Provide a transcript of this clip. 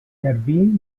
jardí